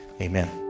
Amen